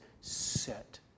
Set